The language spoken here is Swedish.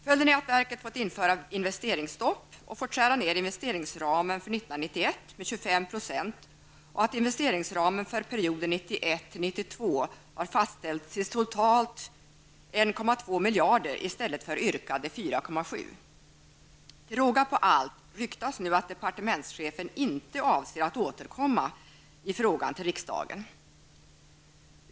Följden är att verket måst införa investeringsstopp och skära ned investeringsramen för 1991 med 2520 och att investeringsramen för perioden 1991—1992 har fastställts till totalt 1,2 miljarder i stället för yrkade 4,7 miljarder. Till råga på allt ryktas nu att departementschefen inte avser att återkomma i frågan till riksdagen.